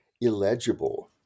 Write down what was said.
illegible